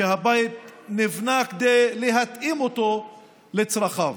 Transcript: והבית נבנה כדי להתאים אותו לצרכיו.